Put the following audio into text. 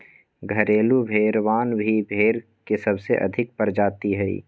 घरेलू भेड़वन भी भेड़ के सबसे अधिक प्रजाति हई